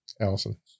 Allison